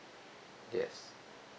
yes